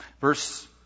Verse